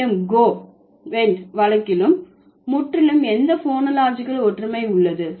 எனினும் go wnt வழக்கில் முற்றிலும் எந்த போனோலாஜிகல் ஒற்றுமை உள்ளது